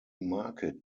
market